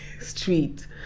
street